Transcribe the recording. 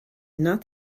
not